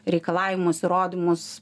reikalavimus įrodymus